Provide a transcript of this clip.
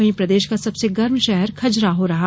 वहीं प्रदेश का सबसे गर्म शहर खजुराहो रहा